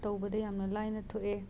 ꯇꯧꯕꯗ ꯌꯥꯝꯅ ꯂꯥꯏꯅ ꯊꯣꯛꯑꯦ